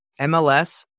MLS